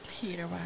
Peter